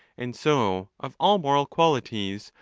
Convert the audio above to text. and so of all moral qualities,